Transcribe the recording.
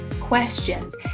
questions